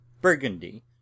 Burgundy